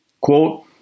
Quote